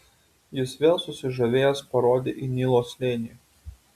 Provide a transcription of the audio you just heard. jis vėl susižavėjęs parodė į nilo slėnį